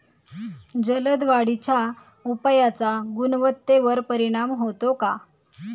जलद वाढीच्या उपायाचा गुणवत्तेवर परिणाम होतो का?